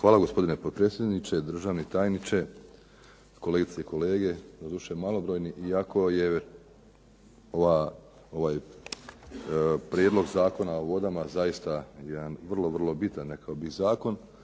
Hvala gospodine potpredsjedniče, državni tajniče, kolegice i kolege, doduše malobrojni iako je ovaj prijedlog Zakona o vodama zaista jedan vrlo, vrlo bitan rekao bih zakon,